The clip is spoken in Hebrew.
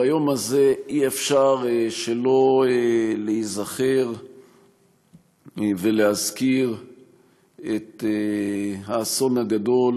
ביום הזה אי-אפשר שלא להיזכר ולהזכיר את האסון הגדול